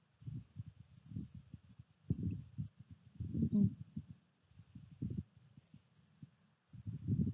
mm